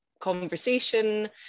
conversation